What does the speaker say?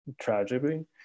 tragically